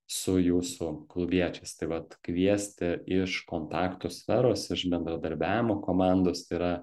su jūsų klubiečiais tai vat kviesti iš kontaktų sferos iš bendradarbiavimo komandos tai yra